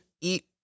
eat